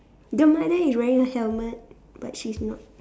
the mother is wearing a helmet but she's not